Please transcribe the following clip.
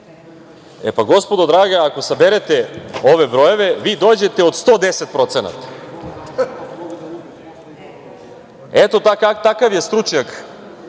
E, pa, gospodo draga, ako saberete ove brojeve vi dođete od 110%. Eto, takav je stručnjak